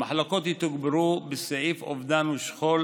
המחלקות יתוגברו בסעיף אובדן ושכול,